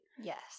Yes